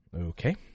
Okay